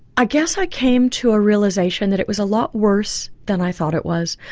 i guess i came to a realisation that it was a lot worse than i thought it was.